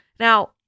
Now